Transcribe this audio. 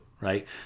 right